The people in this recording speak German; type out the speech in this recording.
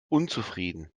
unzufrieden